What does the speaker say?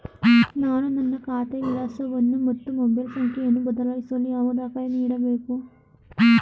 ನಾನು ನನ್ನ ಖಾತೆಯ ವಿಳಾಸವನ್ನು ಮತ್ತು ಮೊಬೈಲ್ ಸಂಖ್ಯೆಯನ್ನು ಬದಲಾಯಿಸಲು ಯಾವ ದಾಖಲೆ ನೀಡಬೇಕು?